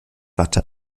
watte